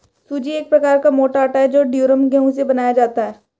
सूजी एक प्रकार का मोटा आटा है जो ड्यूरम गेहूं से बनाया जाता है